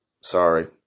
Sorry